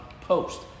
post